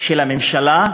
של הממשלה,